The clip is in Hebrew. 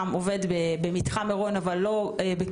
הוועדה מתבקשת לאשר את העבירה --- אבל הנוסח משליך על זה באופן ישיר.